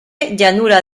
llanura